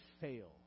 fail